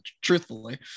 truthfully